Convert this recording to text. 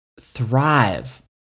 thrive